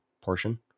portion